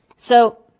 so,